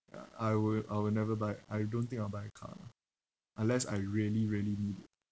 ya I will I will never buy I don't think I'll buy a car lah unless I really really need it